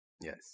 Yes